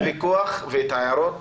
שמעת את הוויכוח ואת ההערות,